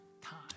time